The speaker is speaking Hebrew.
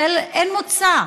של אין מוצא.